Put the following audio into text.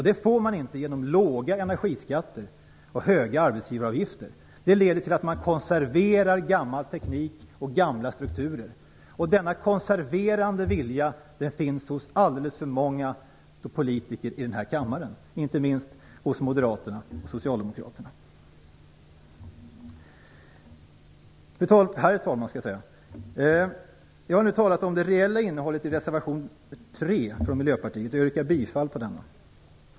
Det får man inte genom låga energiskatter och höga arbetsgivaravgifter. Det leder till att man konserverar gammal teknik och gamla strukturer. Denna konserverande vilja finns hos alldeles för många politiker i denna kammare, inte minst hos Moderaterna och Socialdemokraterna. Herr talman! Jag har nu talat om det reella innehållet i reservation 3 från Miljöpartiet, och jag yrkar bifall till den.